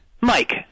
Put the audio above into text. Mike